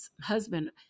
husband